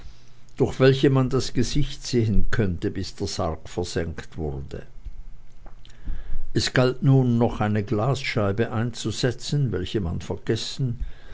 durch welche man das gesicht sehen konnte bis der sarg versenkt wurde es galt nun noch eine glasscheibe einzusetzen welche man vergessen